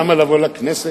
למה לבוא לכנסת?